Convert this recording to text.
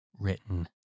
written